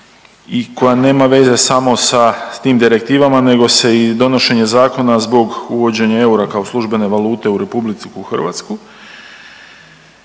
i koja nema veze samo sa tim direktivama nego se i donošenje zakona zbog uvođenja eura kao službene valute u RH. I ono